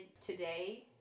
today